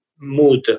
mood